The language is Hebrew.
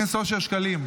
חבר הכנסת אושר שקלים,